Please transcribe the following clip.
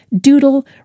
doodle